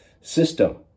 system